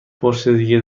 پرشدگی